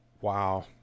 Wow